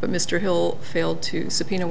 but mr hill failed to subpoena